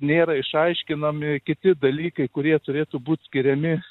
nėra išaiškinami kiti dalykai kurie turėtų būt skiriami